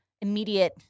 immediate